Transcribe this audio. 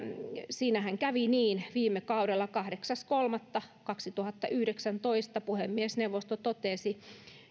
siinähän kävi niin viime kaudella kahdeksas kolmatta kaksituhattayhdeksäntoista puhemiesneuvosto totesi